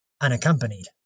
unaccompanied